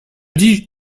dis